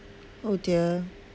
oh dear